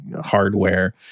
hardware